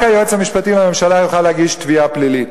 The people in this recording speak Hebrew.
רק היועץ המשפטי לממשלה יוכל להגיש תביעה פלילית.